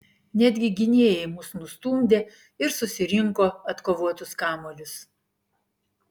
netgi gynėjai mus nustumdė ir susirinko atkovotus kamuolius